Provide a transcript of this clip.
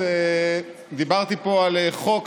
נוכל לעבור להצבעה על הסעיף כנוסח הוועדה.